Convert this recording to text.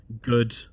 good